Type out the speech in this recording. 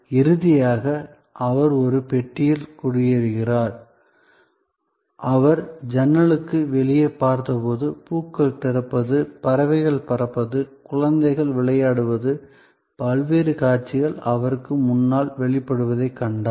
இறுதியாக அவர் ஒரு பெட்டியில் குடியேறினார் அவர் ஜன்னலுக்கு வெளியே பார்த்தபோது பூக்கள் திறப்பது பறவைகள் பறப்பது குழந்தைகள் விளையாடுவது பல்வேறு காட்சிகள் அவருக்கு முன்னால் வெளிப்படுவதைக் கண்டார்